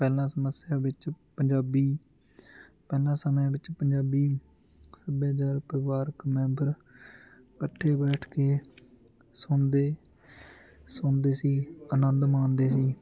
ਪਹਿਲਾਂ ਸਮੱਸਿਆ ਵਿੱਚ ਪੰਜਾਬੀ ਪਹਿਲਾਂ ਸਮੇਂ ਵਿੱਚ ਪੰਜਾਬੀ ਸੱਭਿਆਚਾਰ ਪਰਿਵਾਰਿਕ ਮੈਂਬਰ ਇਕੱਠੇ ਬੈਠ ਕੇ ਸੁਣਦੇ ਸੁਣਦੇ ਸੀ ਆਨੰਦ ਮਾਣਦੇ ਸੀ